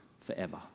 forever